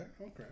Okay